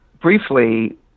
briefly